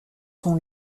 son